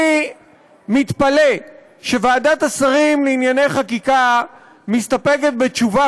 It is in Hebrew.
אני מתפלא שוועדת השרים לענייני חקיקה מסתפקת בתשובה